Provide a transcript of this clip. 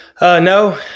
No